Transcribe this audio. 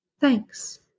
Thanks